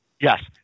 Yes